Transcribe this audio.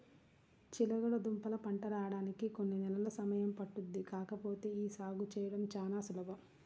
చిలకడదుంపల పంట రాడానికి కొన్ని నెలలు సమయం పట్టుద్ది కాకపోతే యీ సాగు చేయడం చానా సులభం